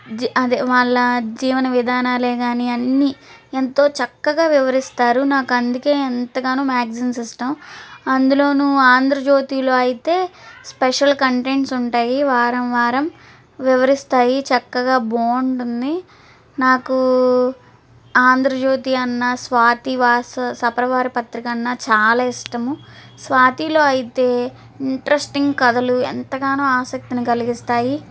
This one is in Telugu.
జీ అదే వాళ్ళ జీవన విధానాలే కానీ అన్ని ఎంతో చక్కగా వివరిస్తారు నాకు అందుకే ఎంతగానో మ్యాగ్జిన్స్ ఇష్టం అందులోను ఆంధ్రజ్యోతిలో అయితే స్పెషల్ కంటెంట్స్ ఉంటాయి వారం వారం వివరిస్తాయి చక్కగా బాగుంటుంది నాకు ఆంధ్రజ్యోతి అన్న స్వాతి వాస సపరివార పత్రిక అన్న చాలా ఇష్టము స్వాతిలో అయితే ఇంట్రెస్టింగ్ కథలు ఎంతగానో ఆసక్తిని కలిగిస్తాయి